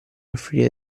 offrire